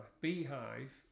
beehive